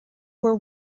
were